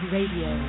Radio